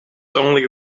only